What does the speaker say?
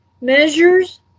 Measures